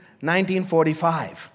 1945